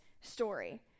story